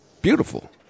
Beautiful